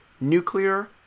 Nuclear